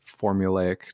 formulaic